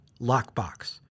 Lockbox